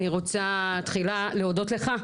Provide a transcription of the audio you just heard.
אני רוצה תחילה להודות לך,